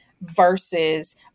versus